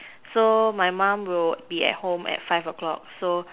so my mum will be at home at five o-clock so